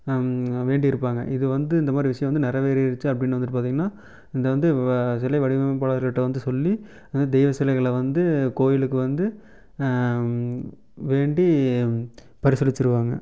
வேண்டிருப்பாங்க இது வந்து இந்த மாரி விஷயம் வந்து நிறைவேறிருச்சி அப்படின்னு வந்துவிட்டு பார்த்தீங்கன்னா இதை வந்து சிலை வடிவமைப்பாளர் கிட்ட வந்து சொல்லி இது மாரி தெய்வ சிலைகளை வந்து கோயிலுக்கு வந்து வேண்டி பரிசளிச்சிருவாங்க